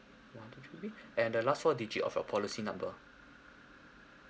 one two three and the last four digit of your policy number